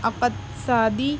اقتصادی